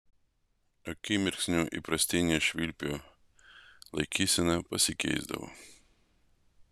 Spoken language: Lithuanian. akimirksniu įprastinė švilpio laikysena pasikeisdavo